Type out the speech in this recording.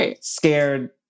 scared